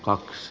kaksi